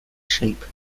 shape